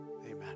amen